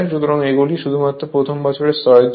সুতরাং এগুলি শুধুমাত্র প্রথম বছরের স্তরের জন্য